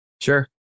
Sure